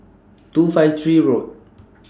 two five three Road